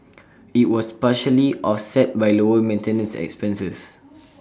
IT was partially offset by lower maintenance expenses